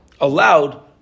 allowed